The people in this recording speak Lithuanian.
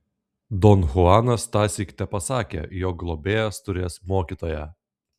don chuanas tąsyk tepasakė jog globėjas turėjęs mokytoją